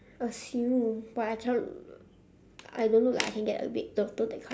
assume but I cannot I don't look like I can get a baby daughter that kind